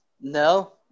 No